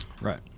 Right